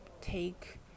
take